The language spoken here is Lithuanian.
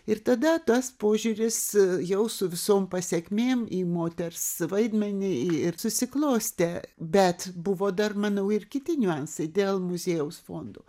ir tada tas požiūris jau su visom pasekmėm į moters vaidmenį ir susiklostė bet buvo dar manau ir kiti niuansai dėl muziejaus fondų